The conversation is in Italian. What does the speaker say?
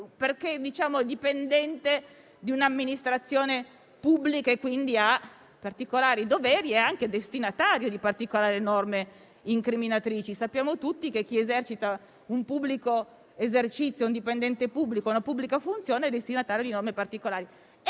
quella di chi è dipendente di un'amministrazione pubblica, quindi ha particolari doveri ed è anche destinatario di particolari norme incriminatrici. Sappiamo tutti che chi esercita un pubblico esercizio, è un dipendente pubblico e ha una pubblica funzione è destinatario di norme particolari.